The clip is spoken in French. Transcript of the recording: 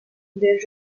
des